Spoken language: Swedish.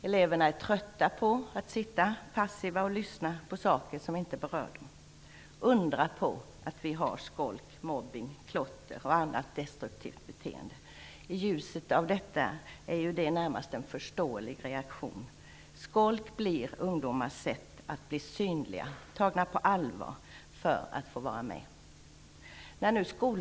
Eleverna är trötta på att sitta passiva och lyssna på saker som inte berör dem. Undra på att vi har skolk, mobbning, klotter och annat destruktivt beteende. I ljuset av detta är det närmast en förståelig reaktion. Skolk är ungdomarnas sätt att bli synliga, att bli tagna på allvar, för att få vara med.